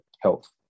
health